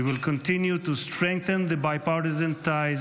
We will continue to strengthen the bipartisan ties